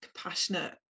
compassionate